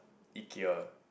Ikea